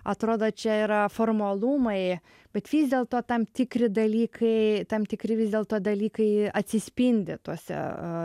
atrodo čia yra formalumai bet vis dėlto tam tikri dalykai tam tikri vis dėlto dalykai atsispindi tuose